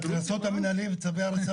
צריך לבטל את הקנסות המינהליים ואת צווי ההריסה